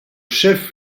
chef